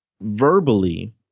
verbally